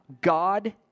God